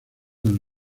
del